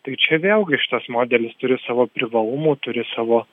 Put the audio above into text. tai čia vėlgi šitas modelis turi savo privalumų turi savo